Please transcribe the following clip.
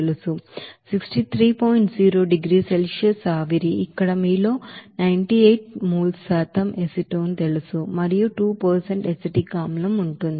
0 డిగ్రీల సెల్సియస్ ఆవిరి ఇక్కడ మీలో 98 mole శాతం ఎసిటోన్ తెలుసు మరియు 2 ఎసిటిక్ ఆమ్లం ఉంటుంది